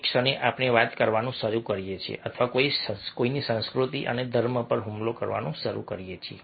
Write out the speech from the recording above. ક્ષણે આપણે વાત કરવાનું શરૂ કરીએ છીએ અથવા કોઈની સંસ્કૃતિ અને ધર્મ પર હુમલો કરવાનું શરૂ કરીએ છીએ